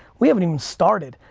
we haven't even started.